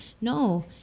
No